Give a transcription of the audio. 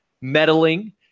meddling